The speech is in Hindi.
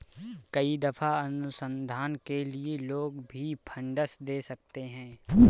कई दफा अनुसंधान के लिए लोग भी फंडस दे सकते हैं